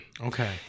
Okay